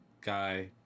guy